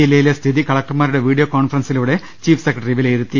ജില്ല യിലെ സ്ഥിതി കളക്ടർമാരുടെ വീഡിയോ കോൺഫറൻസിലൂടെ ചീഫ് സെക്രട്ടറി വിലയിരുത്തി